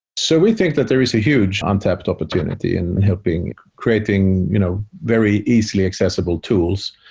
so we think that there is a huge untapped opportunity in helping creating you know very easily accessible tools.